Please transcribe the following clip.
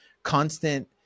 constant